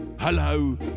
Hello